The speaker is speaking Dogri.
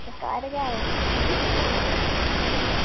अच्छा घर गै ओ